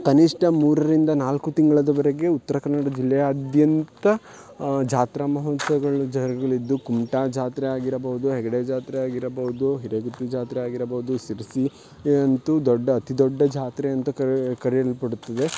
ಕನಿಷ್ಠ ಮೂರರಿಂದ ನಾಲ್ಕು ತಿಂಗಳವರೆಗೆ ಉತ್ತರ ಕನಡ ಜಿಲ್ಲೆಯಾದ್ಯಂತ ಜಾತ್ರಾ ಮಹೋತ್ಸವಗಳು ಜರುಗುಲಿದ್ದು ಕುಮಟಾ ಜಾತ್ರೆ ಆಗಿರಬಹ್ದು ಹೆಗಡೆ ಜಾತ್ರೆ ಆಗಿರಬಹ್ದು ಹಿರೇಗುತ್ತಿ ಜಾತ್ರೆ ಆಗಿರಬಹ್ದು ಶಿರ್ಸಿ ಅಂತೂ ದೊಡ್ಡ ಅತಿ ದೊಡ್ಡ ಜಾತ್ರೆ ಅಂತ ಕರೇ ಕರೆಯಲ್ಪಡುತ್ತದೆ